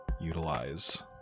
utilize